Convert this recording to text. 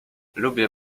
lubię